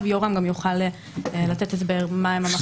יורם גם יוכל לתת הסבר מה הם המכשירים.